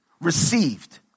received